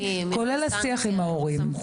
כולל השיח עם ההורים.